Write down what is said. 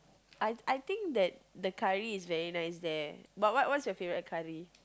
I I think that the curry is very nice there but what's what's your favourite curry